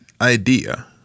idea